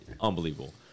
unbelievable